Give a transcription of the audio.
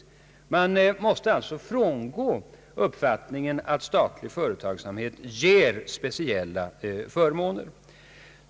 Man måste alltså frångå uppfattningen att statlig företagsamhet ger speciella förmåner.